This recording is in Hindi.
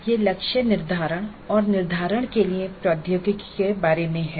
यह लक्ष्य निर्धारण और निर्धारण के लिए प्रौद्योगिकी के बारे में है